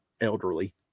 elderly